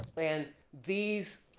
and these